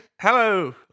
hello